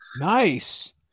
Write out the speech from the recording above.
Nice